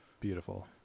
beautiful